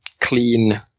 clean